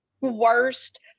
worst